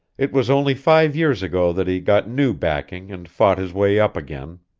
it was only five years ago that he got new backing and fought his way up again.